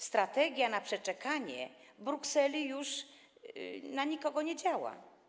Strategia przeczekania Brukseli już na nikogo nie działa.